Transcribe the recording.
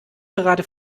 gerade